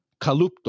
Kalupto